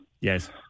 Yes